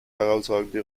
herausragende